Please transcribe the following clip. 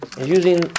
Using